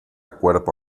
cuerpo